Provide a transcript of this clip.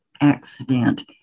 accident